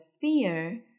fear